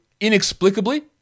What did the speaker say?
inexplicably